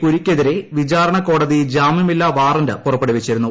പുരിക്കെതിരെ വിചാരണ കോടതി ജാമ്യമില്ലാ വാറന്റ് പുറപ്പെടുവിച്ചിരുന്നു